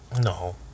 no